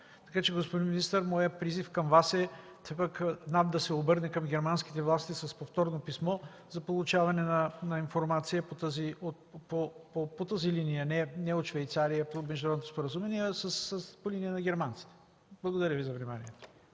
Вас, господин министър, е все пак НАП да се обърне към германските власти с повторно писмо за получаване на информация по тази линия – не от Швейцария по международното споразумение, а по линия на Германия. Благодаря Ви за вниманието.